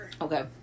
Okay